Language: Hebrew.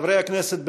חברי הכנסת,